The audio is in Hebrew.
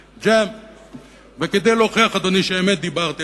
וכדי להוכיח שאמת דיברתי,